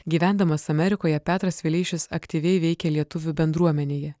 gyvendamas amerikoje petras vileišis aktyviai veikė lietuvių bendruomenėje